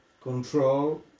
Control